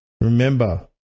Remember